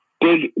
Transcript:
Big